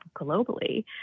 globally